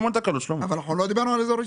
אבל אנחנו לא דיברנו על האזור האישי.